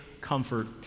comfort